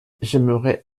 j’aimerais